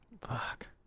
Fuck